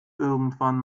irgendwann